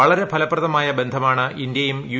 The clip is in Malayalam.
വളരെ ഫലപ്രദമായ ബന്ധമാണ് ഇന്ത്യയും യു